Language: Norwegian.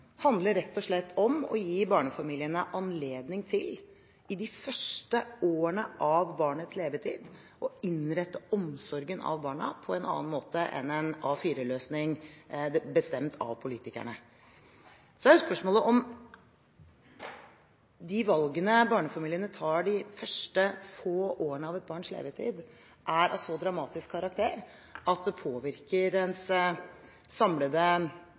handler rett og slett om å gi barnefamiliene anledning til å innrette omsorgen av barna i de første årene av barnets levetid på en annen måte enn en A4-løsning bestemt av politikerne. Så er spørsmålet om de valgene barnefamiliene tar de første få årene av et barns levetid, er av så dramatisk karakter at det påvirker ens samlede